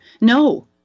no